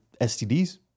STDs